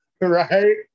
Right